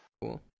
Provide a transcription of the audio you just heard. Cool